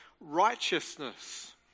righteousness